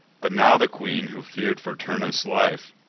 but now the queen, who fear'd for turnus' life,